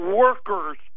workers